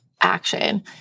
action